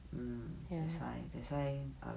um that's why that's why